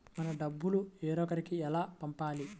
మన డబ్బులు వేరొకరికి ఎలా పంపాలి?